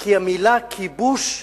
כי המלה "כיבוש",